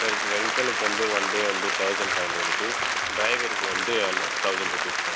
sir ரெண்ட்டலுக்கு வந்து one day வந்து தௌசண்ட் ஃபை ஹண்ட்ரட் ருப்பீஸ் ட்ரைவருக்கு வந்து ஹண்ட்ர தௌசண்ட் ருப்பீஸ் சார்